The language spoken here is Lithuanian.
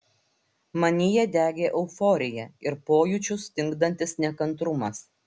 manyje degė euforija ir pojūčius stingdantis nekantrumas